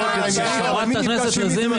חברת הכנסת לזימי,